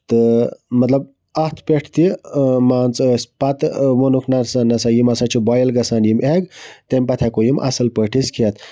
تہٕ مطلب اَتھ پٮ۪ٹھ تہِ مان ژٕ ٲسۍ پَتہٕ ؤنیُکھ نہ سا نہ سا یم ہسا چھِ بویِل گژھان یِم اٮ۪گ تَمہِ پَتہٕ ہٮ۪کو أسۍ یِم اَصٕل پٲٹھۍ یِم کھٮ۪تھ